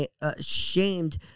ashamed